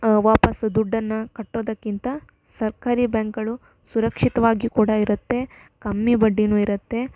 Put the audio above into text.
ವಾಪಸ್ಸು ದುಡ್ಡನ್ನು ಕಟ್ಟೋದಕ್ಕಿಂತ ಸರ್ಕಾರಿ ಬ್ಯಾಂಕ್ಗಳು ಸುರಕ್ಷಿತವಾಗಿಯೂ ಕೂಡ ಇರುತ್ತೆ ಕಮ್ಮಿ ಬಡ್ಡಿಯೂ ಇರುತ್ತೆ